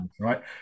right